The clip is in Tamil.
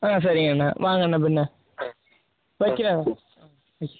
ஆ சரிங்கண்ண வாங்கண்ணே பின்னே வைக்கிறேன் ம்